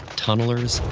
tunnelers,